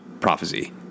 prophecy